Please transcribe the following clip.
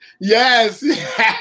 yes